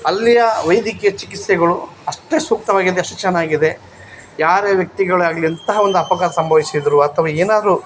ಅಲ್ಲಿಯ ವೈದ್ಯಕೀಯ ಚಿಕಿತ್ಸೆಗಳು ಅಷ್ಟೇ ಸೂಕ್ತವಾಗಿದೆ ಅಷ್ಟು ಚೆನ್ನಾಗಿದೆ ಯಾರೇ ವ್ಯಕ್ತಿಗಳೇ ಆಗಲಿ ಎಂಥ ಒಂದು ಅಪಘಾತ ಸಂಭವಿಸಿದ್ರೂ ಅಥವಾ ಏನಾದ್ರೂ